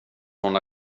från